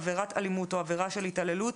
עבירת אלימות או עבירה של התעללות,